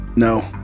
No